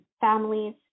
families